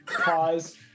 pause